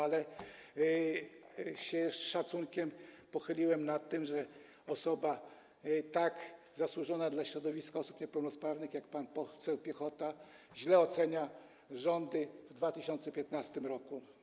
Ale z szacunkiem pochyliłem się nad tym, że osoba tak zasłużona dla środowiska osób niepełnosprawnych jak pan poseł Piechota źle ocenia rządy w 2015 r.